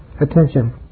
attention